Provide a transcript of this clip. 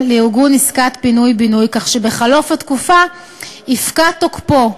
לארגון עסקת פינוי-בינוי כך שבחלוף התקופה יפקע תוקפו,